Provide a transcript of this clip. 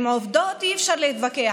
עם עובדות אי-אפשר להתווכח,